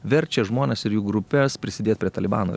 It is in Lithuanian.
verčia žmones ir jų grupes prisidėt prie talibano